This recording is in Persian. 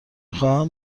خواهم